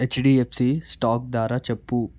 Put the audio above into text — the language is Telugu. హెచ్డిఎఫ్సి స్టాక్ ధార చెప్పు